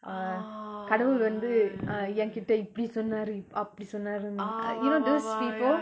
uh கடவுள் வந்து:kadavul vanthu uh எங்கிட்ட இப்டி சொன்னாரு அப்டி சொன்னாருன்னு:engkitta ipdi sonnaru apdi sonnarunu ah you know those people